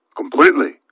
completely